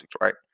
right